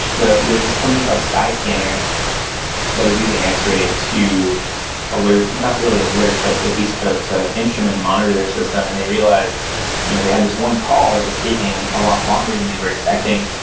but there is this company called sky scanner that was using x-ray to alert not really alert, but at least to to instrument and monitor their system and they realized you know they had this one call that was taking a lot longer than they were expecting.